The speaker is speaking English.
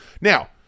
Now